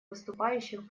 выступающих